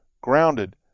grounded